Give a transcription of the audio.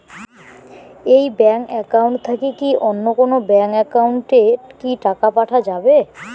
এই bank account থাকি কি অন্য কোনো ব্যাংক একাউন্ট এ কি টাকা পাঠা যাবে?